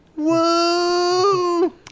Whoa